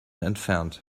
entfernt